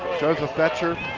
joseph boettcher,